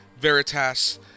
Veritas